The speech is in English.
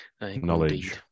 knowledge